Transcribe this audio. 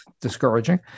discouraging